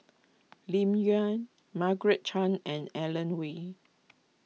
Lim Yau Margaret Chan and Alan Wei